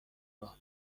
راه